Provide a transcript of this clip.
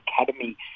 Academy